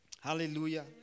Hallelujah